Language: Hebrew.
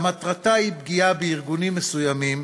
מטרתה היא פגיעה בארגונים מסוימים,